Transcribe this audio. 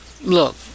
look